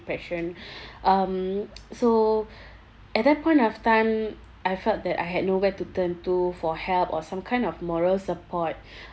depression um so at that point of time I felt that I had nowhere to turn to for help or some kind of moral support